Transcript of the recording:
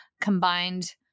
combined